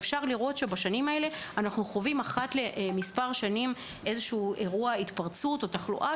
אפשר לראות שבשנים האלה אנחנו חווים אחת למספר שנים התפרצות תחלואה